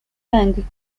peng